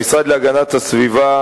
המשרד להגנת הסביבה,